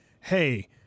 Hey